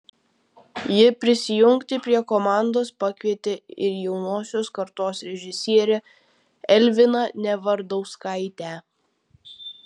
ji prisijungti prie komandos pakvietė ir jaunosios kartos režisierę elviną nevardauskaitę